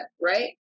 right